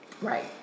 Right